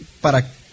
para